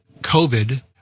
COVID